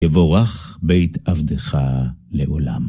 יבורך בית עבדך לעולם.